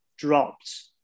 dropped